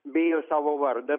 bijo savo vardą